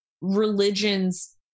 religion's